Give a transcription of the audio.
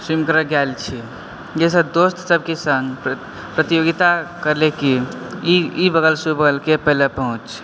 swim करय गेल छी जाहिसँ दोस्त सभकेँ संग प्रतियोगिता करले की ई बगलसँ ओ बगलके पहिले पहुँच